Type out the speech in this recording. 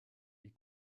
est